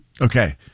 Okay